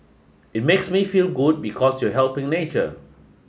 it makes you feel good because you're helping nature